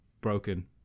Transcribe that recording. broken